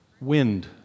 wind